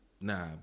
Nah